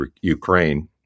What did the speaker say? Ukraine